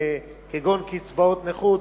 כגון קצבאות נכות,